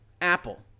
Apple